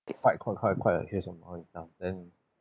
it quite quite a then